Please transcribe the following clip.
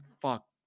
fuck